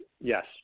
Yes